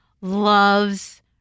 loves